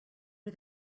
are